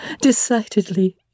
decidedly